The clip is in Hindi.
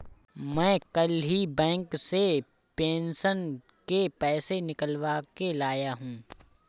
मैं कल ही बैंक से पेंशन के पैसे निकलवा के लाया हूँ